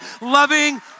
loving